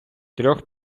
трьох